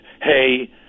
hey